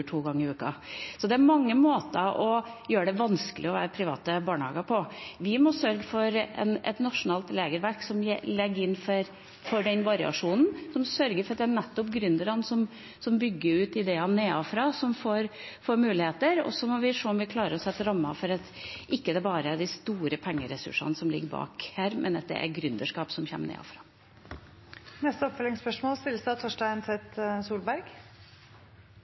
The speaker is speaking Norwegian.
to ganger i uken. Det er mange måter å gjøre det vanskelig å være privat barnehage på. Vi må sørge for et nasjonalt regelverk som legger til rette for variasjon, og som sørger for at det nettopp er gründerne som bygger ut ideene nedenfra, som får muligheter. Og så må vi se om vi klarer å sette rammer slik at det ikke bare er de store pengeressursene som ligger bak, men at det er gründerskap som kommer nedenfra. Torstein Tvedt Solberg – til oppfølgingsspørsmål.